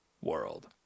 world